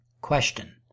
Question